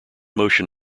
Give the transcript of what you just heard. motion